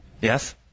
Yes